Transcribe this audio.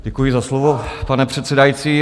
Děkuji za slovo, pane předsedající.